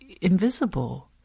invisible